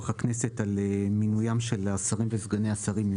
הכנסת על מינויים של השרים וסגני השרים.